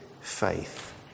faith